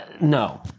No